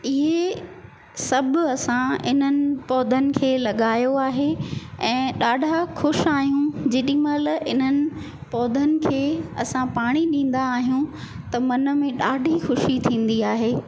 इहे सभु असां इन्हनि पौधनि खे लॻायो आहे ऐं ॾाढा ख़ुशि आहियूं जेॾीमहिल इन्हनि पौधनि खे असां पाणी ॾींदा आहियूं त मन में ॾाढी ख़ुशी थींदी आहे